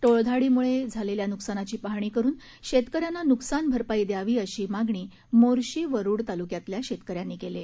टोळधाडीमुळे झालेल्या नुकसानाची पाहणी करून शेतकऱ्यांना नुकसानभरपाई द्यावी अशी मागणी मोर्शी वरुड तालुक्यातल्या शेतकऱ्यांनी केली आहे